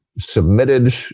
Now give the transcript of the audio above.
submitted